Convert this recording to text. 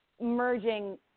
merging